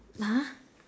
!huh!